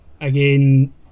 Again